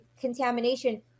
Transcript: contamination